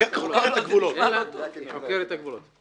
היא חוקרת את הגבולות.